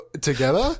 together